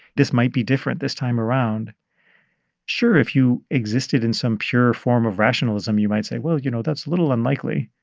this might be different this time around sure, if you existed in some pure form of rationalism, you might say, well, you know, that's a little unlikely.